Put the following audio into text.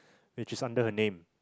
which is under her name